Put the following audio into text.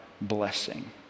Blessing